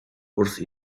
wrth